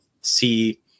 see